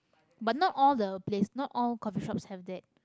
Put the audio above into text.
but not all the place not all coffee shops have that